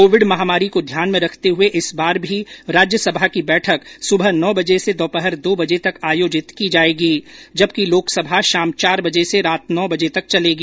Covid महामारी को ध्यान में रखते हुए इस बार भी राज्यसभा की बैठक सुबह नौ बजे से दोपहर दो बजे तक आयोजित की जायेगी जबकि लोकसभा शाम चार बजे से रात नौ बजे तक चलेगी